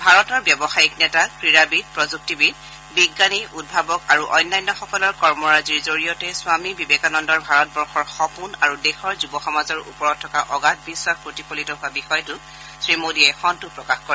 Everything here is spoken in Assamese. ভাৰতৰ ব্যৱসায়ীক নেতা ক্ৰীড়াবিদ প্ৰযুক্তিবিদ বিজ্ঞানী উদ্ভাৱক আৰু অন্যান্য সকলৰ কৰ্মৰাজিৰ জৰিয়তে স্বামী বিবেকানন্দৰ ভাৰতবৰ্ষৰ সপোন আৰু দেশৰ যুব সমাজৰ ওপৰত থকা অগাধ বিখাস প্ৰতিফলিত হোৱা বিষয়টোত শ্ৰী মোডীয়ে সন্তোষ প্ৰকাশ কৰে